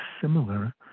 similar